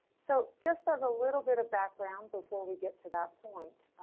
so just as a little bit of background, before we get to that point,